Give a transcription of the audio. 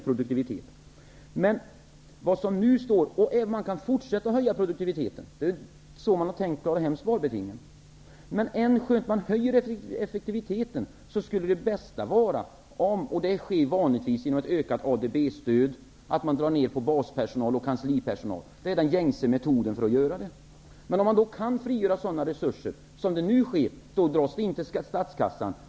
Produktiviteten har höjts. Man kan fortsätta att höja produktiviteten -- det är så man har tänkt att klara sparbetingen -- vilket vanligtvis sker genom ett ökat ADB-stöd och att man drar ned på baspersonal och kanslipersonal. Detta är den gängse metoden för att höja produktiviteten. Om man kan frigöra sådana resurser, dras de nu in till statskassan.